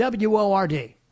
WORD